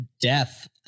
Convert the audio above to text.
death